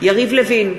יריב לוין,